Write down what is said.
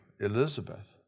Elizabeth